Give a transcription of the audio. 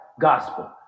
gospel